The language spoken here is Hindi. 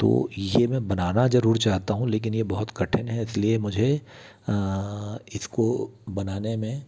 तो ये मैं बनाना जरूर चाहता हूँ लेकिन ये बहुत कठिन है इसलिए मुझे इसको बनाने में